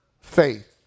faith